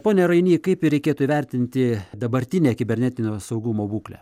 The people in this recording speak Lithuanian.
pone rainy kaip reikėtų įvertinti dabartinę kibernetinio saugumo būklę